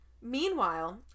meanwhile